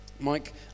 Mike